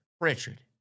Richard